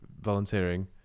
volunteering